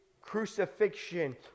crucifixion